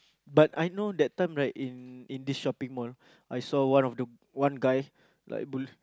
but I know that time right in in this shopping mall I saw one of the one guy like bully